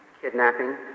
kidnapping